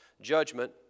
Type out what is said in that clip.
judgment